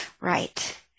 Right